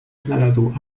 znalazł